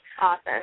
Awesome